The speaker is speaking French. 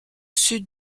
sud